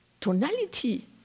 tonality